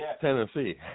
Tennessee